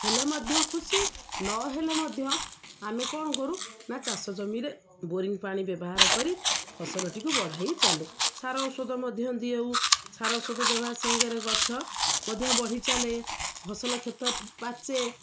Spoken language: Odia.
ହେଲେ ମଧ୍ୟ ଖୁସି ନହେଲେ ମଧ୍ୟ ଆମେ କ'ଣ କରୁ ନା ଚାଷ ଜମିରେ ବୋରିଙ୍ଗ ପାଣି ବ୍ୟବହାର କରି ଫସଲଟିକୁ ବଢ଼ାଇ ଚାଲୁ ସାର ଔଷଧ ମଧ୍ୟ ଦେଉ ସାର ଔଷଧ ଦେବ ସାଙ୍ଗରେ ଗଛ ମଧ୍ୟ ବଢ଼ି ଚାଲେ ଫସଲ କ୍ଷେତ ପାଚେ